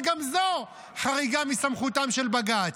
וגם זו חריגה מסמכותו של בג"ץ.